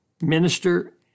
minister